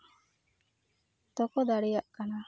ᱫᱚᱠᱚ ᱫᱟᱲᱮᱭᱟᱜ ᱠᱟᱱᱟ